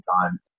time